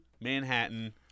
Manhattan